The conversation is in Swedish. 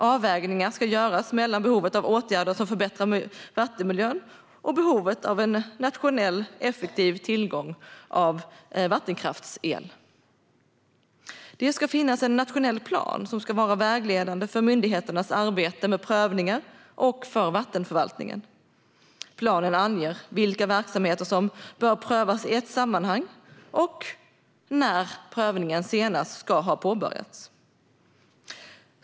Avvägningar ska göras mellan behovet av åtgärder som förbättrar vattenmiljön och behovet av en nationell och effektiv tillgång på vattenkraftsel. Det ska finnas en nationell plan som ska vara vägledande för myndigheternas arbete med prövningar och för vattenförvaltningen. Planen anger vilka verksamheter som bör prövas i ett sammanhang och när prövningen senast ska ha påbörjats.